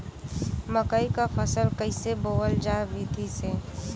मकई क फसल कईसे बोवल जाई विधि से?